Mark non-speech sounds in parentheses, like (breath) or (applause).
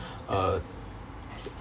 (breath) uh